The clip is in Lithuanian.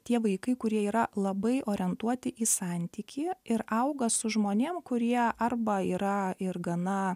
tie vaikai kurie yra labai orientuoti į santykį ir auga su žmonėm kurie arba yra ir gana